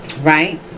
Right